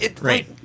Right